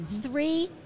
three